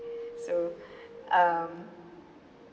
so um